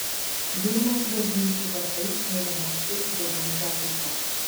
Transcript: vilniaus bažnyčių varpai ėmė mušti devintą ryto